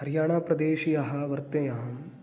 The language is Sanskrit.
हरियाणाप्रदेशीयः वर्ते अहं